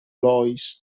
loïs